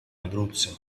abruzzo